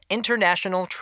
International